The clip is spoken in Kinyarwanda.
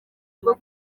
rwo